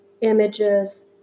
images